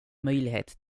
möjlighet